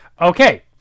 Okay